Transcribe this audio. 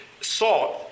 salt